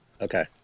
Okay